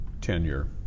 tenure